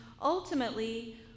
ultimately